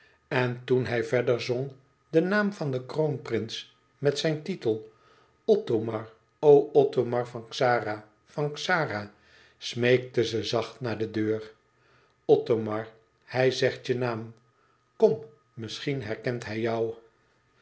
en toen hij verder zong den naam van den kroonprins met zijn titel othomar o othomar van xara van xara smeekte ze zacht naar de deur othomar hij zegt je naam kom misschien herkent hij jou